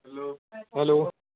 hello